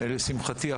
לשמחתי,